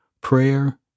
Prayer